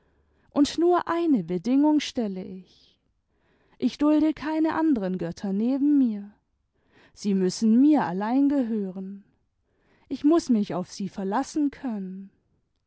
und nur eine bedingung stelle ich ich dulde keine anderen götter neben mir sie müssen mir allein gehören ich muß mich auf sie verlassen können